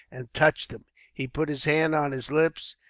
and touched him. he put his hand on his lips,